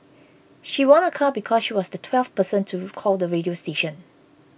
she won a car because she was the twelfth person to call the radio station